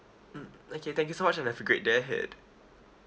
mm okay thank you so much and have a great day ahead